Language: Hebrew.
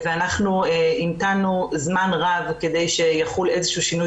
אנחנו המתנו זמן רב כדי שיחול איזשהו שינוי